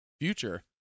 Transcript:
future